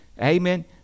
Amen